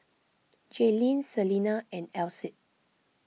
Jaelynn Selina and Alcide